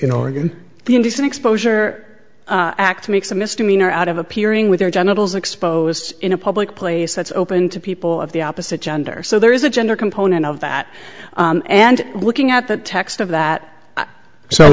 in oregon the indecent exposure act makes a misdemeanor out of appearing with their genitals exposed in a public place that's open to people of the opposite gender so there is a gender component of that and looking at the text of that so